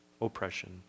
oppression